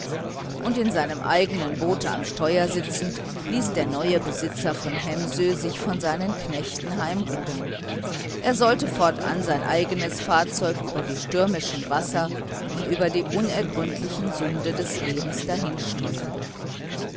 und in seinem eigenen boote am steuer sitzend ließ der neue besitzer von hemsö sich von seinen knechten heimrudern er sollte fortan sein eigenes fahrzeug über die stürmischen wasser und über die unergründlichen sunde des lebens